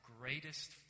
greatest